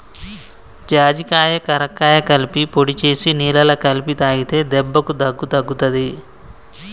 జాజికాయ కరక్కాయ కలిపి పొడి చేసి నీళ్లల్ల కలిపి తాగితే దెబ్బకు దగ్గు తగ్గుతది